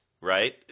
Right